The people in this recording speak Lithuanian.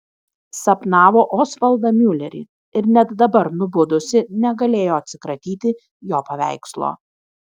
sapnavo osvaldą miulerį ir net dabar nubudusi negalėjo atsikratyti jo paveikslo